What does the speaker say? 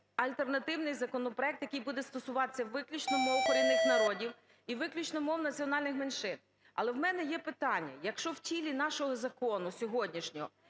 альтернативний законопроект, який буде стосуватись виключно мов корінних народів і виключно мов національних меншин. Але у мене є питання: якщо в тілі нашого закону сьогоднішнього